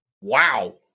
Wow